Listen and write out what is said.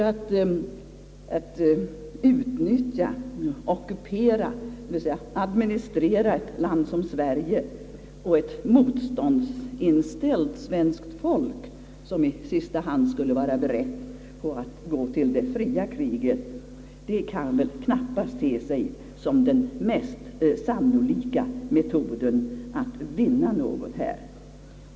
Att utnyttja, ockupera och administrera ett land som Sverige och ett motståndsinställt svenskt folk, som i sista hand skulle vara berett att gå till det fria kriget, kan väl knappast te sig som den mest sannolika metoden att vinna någonting här.